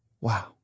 Wow